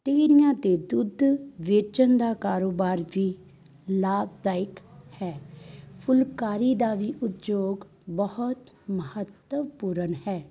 ਡੇਰੀਆਂ 'ਤੇ ਦੁੱਧ ਵੇਚਣ ਦਾ ਕਾਰੋਬਾਰ ਵੀ ਲਾਭਦਾਇਕ ਹੈ ਫੁਲਕਾਰੀ ਦਾ ਵੀ ਉਦਯੋਗ ਬਹੁਤ ਮਹੱਤਵਪੂਰਨ ਹੈ